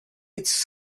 its